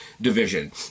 division